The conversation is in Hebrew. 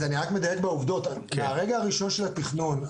רק אדייק בעובדות: מהרגע הראשון של התכנון,